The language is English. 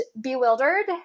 bewildered